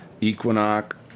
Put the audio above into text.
equinox